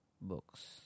books